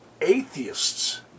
atheists